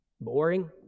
boring